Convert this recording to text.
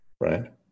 right